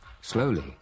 Slowly